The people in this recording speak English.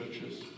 churches